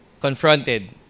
confronted